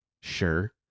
Sure